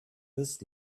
this